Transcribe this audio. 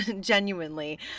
Genuinely